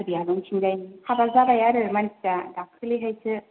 कारबिआलं थिंजायनि हाबा जाबाय आरो मानसिया दाखालैहायसो